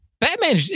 Batman